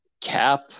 Cap